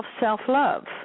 self-love